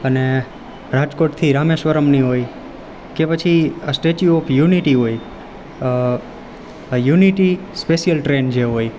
અને રાજકોટથી રામેશ્વરમની હોય કે પછી આ સ્ટેચ્યૂ ઓફ યુનિટી હોય યુનિટી સ્પેસિયલ ટ્રેન જે હોય